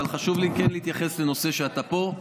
אבל חשוב לי כן להתייחס לנושא כשאתה פה.